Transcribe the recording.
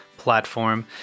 platform